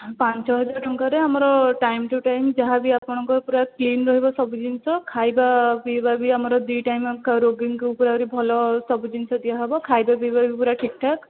ପାଞ୍ଚ ହଜାର ଟଙ୍କାରେ ଆମର ଟାଇମ ଟୁ ଟାଇମ ଯାହା ବି ଆପଣଙ୍କର ପୁରା କ୍ଲିନ ରହିବ ସବୁ ଜିନିଷ ଖାଇବା ପିଇବା ବି ଆମର ଦୁଇ ଟାଇମ ରୋଗୀଙ୍କୁ ପୁରାପୁରି ଭଲ ସବୁ ଜିନିଷ ଦିଆ ହେବ ଖାଇବା ପିଇବା ବି ପୁରା ଠିକ ଠାକ